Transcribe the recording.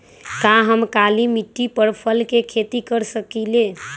का हम काली मिट्टी पर फल के खेती कर सकिले?